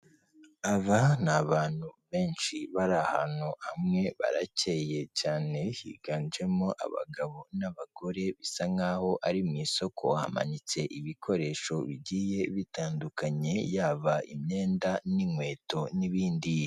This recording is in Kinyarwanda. Aba ni abantu benshi bari ahantu hamwe, baracye cyane, higanjemo abagabo n'abagore, bisa nk'aho ari mu isoko, hamanitse ibikoresho bigiye bitandukanye yaba imyenda n'inkweto n'ibindi.